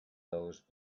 those